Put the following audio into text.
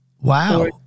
Wow